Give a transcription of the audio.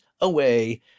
away